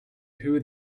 who